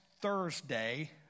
Thursday